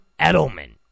Edelman